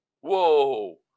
Whoa